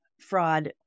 fraud